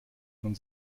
man